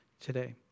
today